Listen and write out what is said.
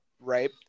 right